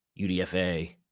UDFA